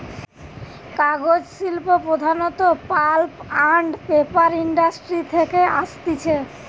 কাগজ শিল্প প্রধানত পাল্প আন্ড পেপার ইন্ডাস্ট্রি থেকে আসতিছে